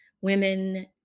women